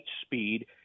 speed